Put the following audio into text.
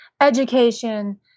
education